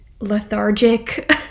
lethargic